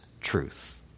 truth